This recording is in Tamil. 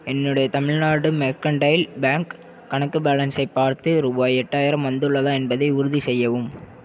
என்னுடைய தமிழ்நாடு மெர்கன்டைல் பேங்க் கணக்கு பேலன்ஸை பார்த்து ரூபாய் எட்டாயிரம் வந்துள்ளதா என்பதை உறுதிசெய்யவும்